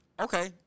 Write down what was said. Okay